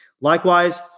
Likewise